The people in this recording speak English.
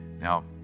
Now